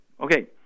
Okay